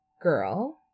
girl